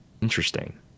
Interesting